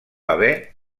haver